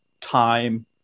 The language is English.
time